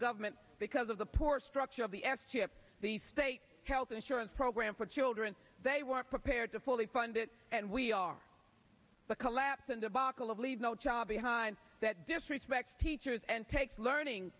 government because of the poor structure of the exchequer the state health insurance program for children they weren't prepared to fully fund it and we are the collapse and debacle of leave no child behind that disrespect teachers and takes learning